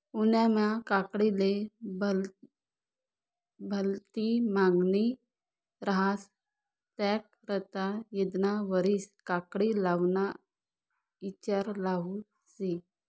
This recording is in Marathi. उन्हायामा काकडीले भलती मांगनी रहास त्याकरता यंदाना वरीस काकडी लावाना ईचार चालू शे